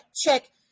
check